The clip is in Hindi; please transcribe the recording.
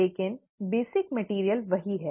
लेकिन मूल सामग्री वही है